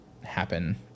happen